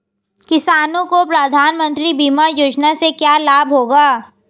किसानों को प्रधानमंत्री बीमा योजना से क्या लाभ होगा?